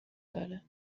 داره